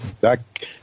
Back